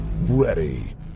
ready